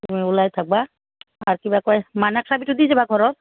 তুমি ওলাই থাকিবা আৰু কিবা কয় মাইনাক চাবিটো দি যাবা ঘৰৰ